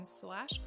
slash